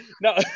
No